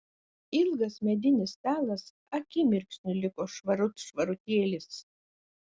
ilgas medinis stalas akimirksniu liko švarut švarutėlis